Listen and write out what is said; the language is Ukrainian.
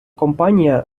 компанія